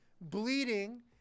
bleeding